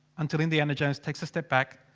until indiana jones takes a step back,